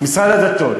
משרד הדתות.